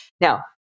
Now